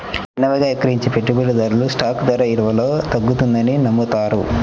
చిన్నవిగా విక్రయించే పెట్టుబడిదారులు స్టాక్ ధర విలువలో తగ్గుతుందని నమ్ముతారు